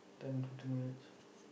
ten fifteen more minutes